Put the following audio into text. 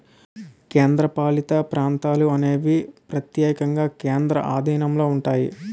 కేంద్రపాలిత ప్రాంతాలు అనేవి ప్రత్యక్షంగా కేంద్రం ఆధీనంలో ఉంటాయి